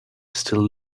still